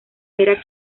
era